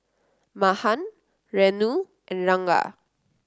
Mahan Renu and Ranga